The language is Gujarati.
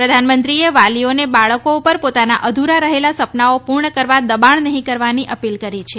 પ્રધાનમંત્રીએ વાલીઓને બાળકો પર પોતાના અધુરા રહેલા સપનાઓ પૂર્ણ કરવા દબાણ નહીં કરવાની અપીલ કરાઈ છે